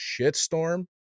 shitstorm